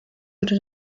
wurde